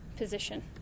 position